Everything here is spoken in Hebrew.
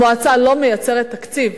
המועצה לא מייצרת תקציב,